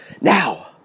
Now